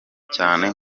cyane